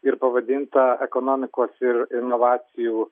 ir pavadinta ekonomikos ir inovacijų